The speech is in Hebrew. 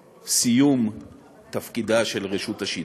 סיום תפקידה של רשות השידור.